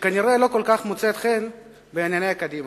שכנראה לא כל כך מוצאת חן בעיני קדימה.